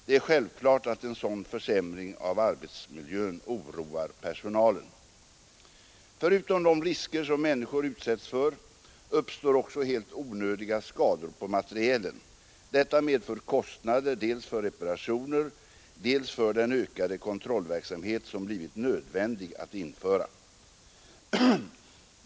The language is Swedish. Det är självklart att en sådan försämring av arbetsmiljön oroar personalen. Förutom de risker som människor utsätts för uppstår också helt onödiga skador på materielen. Detta medför kostnader dels för reparationer, dels för den ökade kontrollverksamhet som blivit nödvändig att införa.